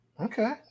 okay